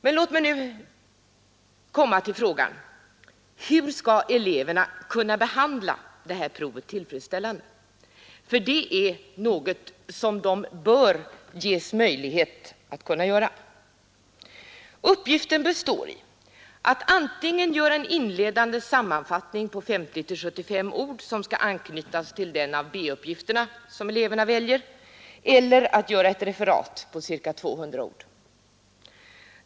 Men låt mig nu komma till frågan: Hur skall eleverna kunna behandla detta prov tillfredsställande? Det är ju något som de bör ges möjlighet att kunna göra. Uppgiften består i att antingen göra en inledande sammanfattning på 50—-75 ord som skall anknytas till den av B-uppgifterna som eleverna väljer eller att göra ett referat på ca 200 ord.